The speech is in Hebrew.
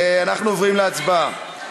אנחנו עוברים להצבעה.